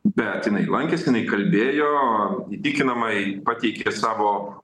bet jinai lankėsi jinai kalbėjo įtikinamai pateikė savo